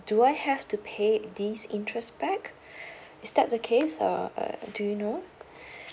do I have to pay this interest back is that the case err uh do you know